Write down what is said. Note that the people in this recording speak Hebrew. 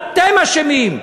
אתם אשמים,